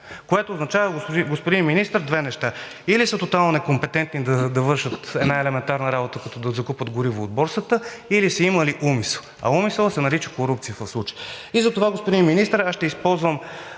което означава, господин Министър, две неща – или са тотално некомпетентни да вършат една елементарна работа, като да закупят гориво от борсата, или са имали умисъл, а умисълът се нарича корупция в случая. Затова, господин Министър, аз ще използвам